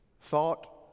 thought